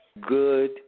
good